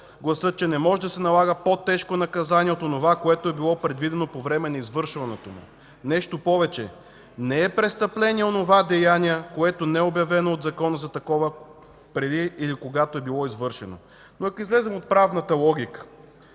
гласят, че не може да се налага по-тежко наказание от онова, което е било предвидено по време на извършването му. Нещо повече – не е престъпление онова деяние, което не е обявено от закона за такова преди или когато е било извършено. Но ако излезем от правната логика